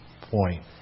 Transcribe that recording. point